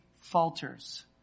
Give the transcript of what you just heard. falters